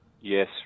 Yes